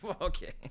Okay